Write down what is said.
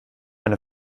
eine